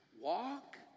walk